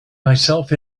myself